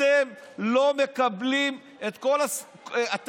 אתם לא מקבלים את ההכרעה,